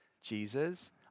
Jesus